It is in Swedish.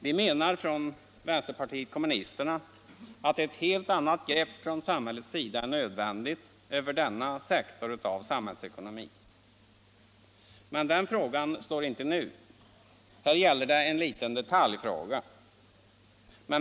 Vi menar inom vänsterpartiet kommunisterna att ett helt annat grepp från samhällets sida är nödvändigt över denna sektor av samhällsekonomin. Men den frågan är inte rest, utan här gäller det en liten detaljfråga.